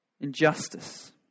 Injustice